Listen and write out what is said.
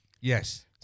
yes